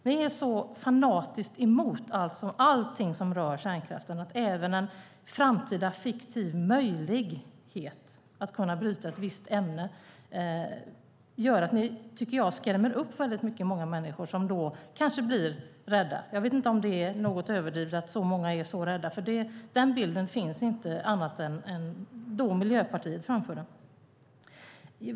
Ni är så fanatiskt emot allting som rör kärnkraften att även en framtida, fiktiv möjlighet att bryta ett visst ämne gör att ni skrämmer upp väldigt många människor, som kanske blir rädda. Jag vet inte om det är något överdrivet att så många är så rädda, för den bilden finns inte annat än när Miljöpartiet framför den.